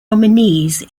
nominees